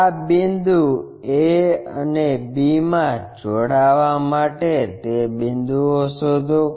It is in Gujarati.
આ બિંદુ a અને b માં જોડાવા માટે તે બિંદુઓ શોધો